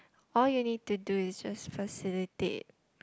all you need to do is just facilitate